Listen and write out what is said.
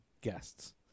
guests